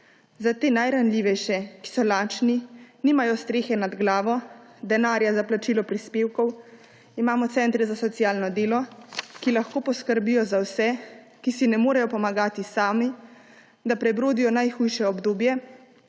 Za te najranljivejše, ki so lačni, nimajo strehe nad glavo, denarja za plačilo prispevkov, imamo centre za socialno delo, ki lahko poskrbijo za vse, ki si ne morejo pomagati sami, da prebrodijo najhujše obdobje,